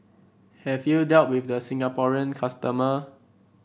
have you dealt with the Singaporean customer